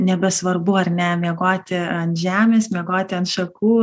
nebesvarbu ar ne miegoti ant žemės miegoti ant šakų